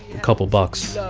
a couple bucks